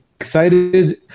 excited